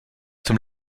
zum